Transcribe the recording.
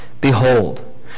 Behold